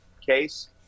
case